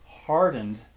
Hardened